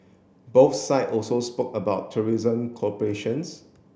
both side also spoke about tourism cooperations